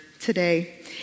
today